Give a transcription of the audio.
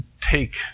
take